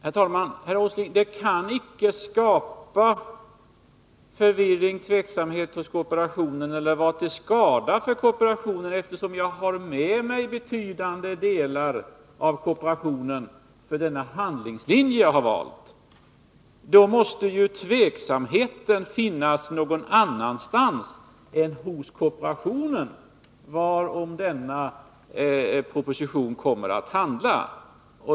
Herr talman! Det kan, herr Åsling, inte skapa förvirring och tveksamhet hos kooperationen eller vara till skada för kooperationen, eftersom jag har betydande delar av kooperationen med på den handlingslinje jag har valt. Då måste tveksamheten finnas någon annanstans än hos kooperationen, varom propositionen kommer att handla.